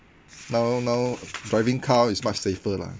now now driving car is much safer lah